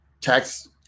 tax